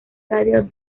radio